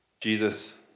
Jesus